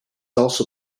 also